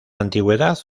antigüedad